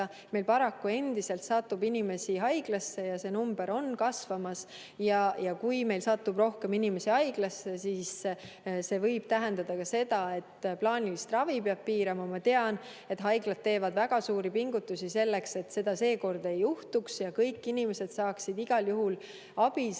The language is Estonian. Meil paraku endiselt satub inimesi haiglasse ja see number on kasvamas. Ja kui meil satub rohkem inimesi haiglasse, siis see võib tähendada ka seda, et plaanilist ravi peab piirama. Ma tean, et haiglad teevad väga suuri pingutusi selleks, et seda seekord ei juhtuks ja kõik inimesed saaksid igal juhul abi,